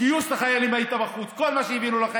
גיוס לחיילים, היית בחוץ.